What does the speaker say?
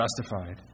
justified